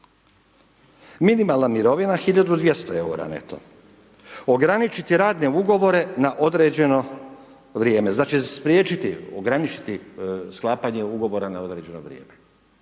Minimalna mirovina hiljadu 200 eura neto, ograničiti radne ugovore na određeno vrijeme. Znači, spriječiti, ograničiti sklapanje ugovora na određeno vrijeme.